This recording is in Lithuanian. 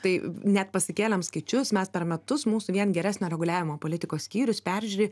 tai net pasikėlėm skaičius mes per metus mūsų vien geresnio reguliavimo politikos skyrius peržiūri